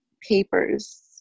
papers